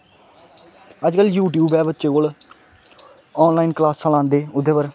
अज्जकल यूट्यूब ऐ बच्चे कोल आनलाइन क्लासां लांदे ओह्दे पर